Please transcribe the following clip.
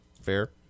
fair